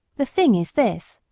the thing is this,